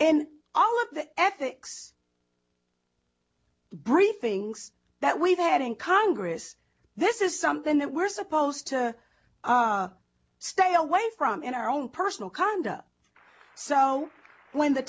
the ethics briefings that we've had in congress this is something that we're supposed to stay away from in our own personal conduct so when the